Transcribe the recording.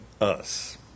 us